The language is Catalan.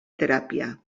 teràpia